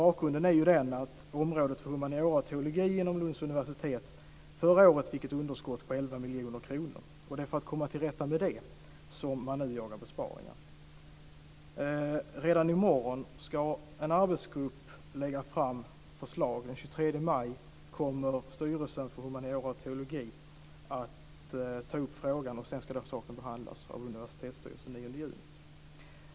Bakgrunden är den att området för humaniora och teologi inom Lunds universitet förra året fick ett underskott på 11 miljoner kronor. För att komma till rätta med det jagar man nu besparingar. Redan i morgon ska en arbetsgrupp lägga fram ett förslag. Den 23 maj kommer styrelsen för humaniora och teologi att ta upp frågan. Sedan ska saken behandlas av universitetsstyrelsen den 9 juni.